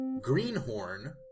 Greenhorn